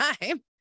time